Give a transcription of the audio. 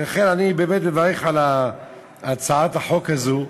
ולכן אני באמת מברך על הצעת החוק הזו,